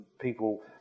people